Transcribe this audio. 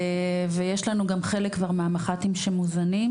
ויש לנו גם חלק כבר מהמח"טים שמוזמנים.